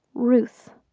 ruth.